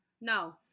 no